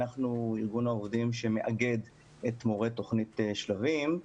אנחנו ארגון העובדים שמאגד את מורי תוכנית שלבים.